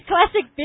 Classic